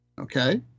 okay